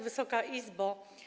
Wysoka Izbo!